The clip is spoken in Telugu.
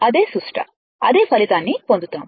అదే సుష్ట అదే ఫలితాన్ని పొందుతాము